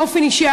באופן אישי,